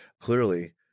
clearly